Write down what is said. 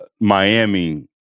Miami